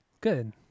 good